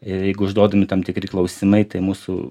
ir jeigu užduodami tam tikri klausimai tai mūsų